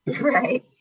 Right